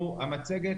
המצגת,